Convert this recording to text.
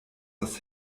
das